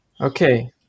okay